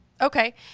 okay